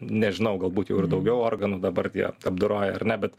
nežinau galbūt jau ir daugiau organų dabar jie apdoroja ar ne bet